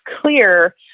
clear